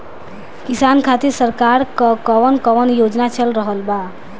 किसान खातिर सरकार क कवन कवन योजना चल रहल बा?